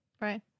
right